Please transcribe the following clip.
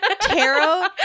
Tarot